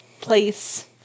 place